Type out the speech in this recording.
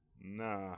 Nah